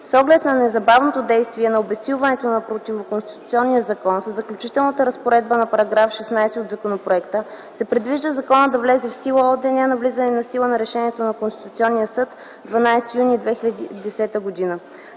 С оглед на незабавното действие на обезсилването на противоконституционния закон, със Заключителната разпоредба на § 16 от законопроекта се предвижда законът да влезе в сила от деня на влизане в сила на Решението на Конституционния съд – 12 юни 2010 г.